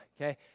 okay